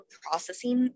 processing